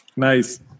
Nice